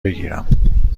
بگیرم